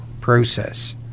process